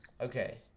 Okay